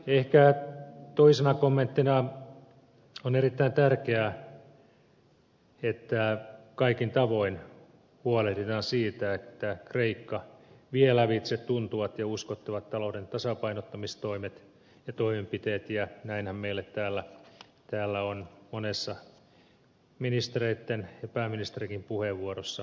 ehkä toisena kommenttina on erittäin tärkeää että kaikin tavoin huolehditaan siitä että kreikka vie lävitse tuntuvat ja uskottavat talouden tasapainottamistoimet ja toimenpiteet ja näinhän meille täällä on monessa ministereitten ja pääministerinkin puheenvuorossa todettu